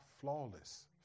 flawless